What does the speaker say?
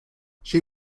she